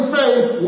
faith